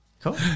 Cool